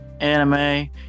anime